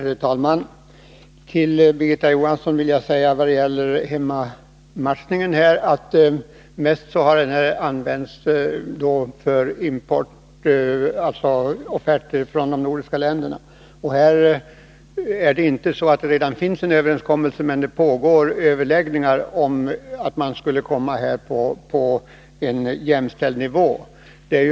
Herr talman! Till Birgitta Johansson vill jag säga att hemmamatchningen mest har använts för import, för offerter från de nordiska länderna. Det finns ännu inte någon överenskommelse, men det pågår överläggningar om hur vi skall kunna komma på jämställd nivå med andra länder.